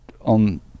on